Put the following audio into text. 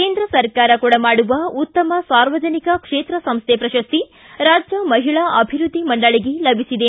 ಕೇಂದ್ರ ಸರ್ಕಾರ ಕೊಡಮಾಡುವ ಉತ್ತಮ ಸಾರ್ವಜನಿಕ ಕ್ಷೇತ್ರ ಸಂಸ್ಥೆ ಪ್ರಶಸ್ತಿ ರಾಜ್ಯ ಮಹಿಳಾ ಅಭಿವೃದ್ಧಿ ಮಂಡಳಗೆ ಲಭಿಸಿದೆ